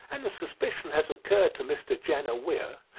and the suspicion has occurred to mr. jenner weir,